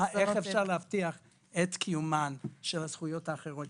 איך אפשר להבטיח את קיומן של הזכויות האחרות,